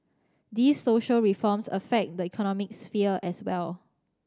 these social reforms affect the economic sphere as well